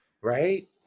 Right